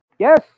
Yes